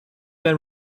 been